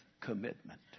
commitment